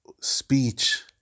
speech